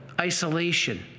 isolation